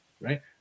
right